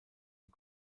und